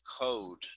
code